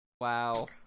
Wow